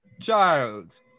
child